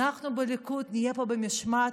אנחנו בליכוד נהיה פה במשמעת,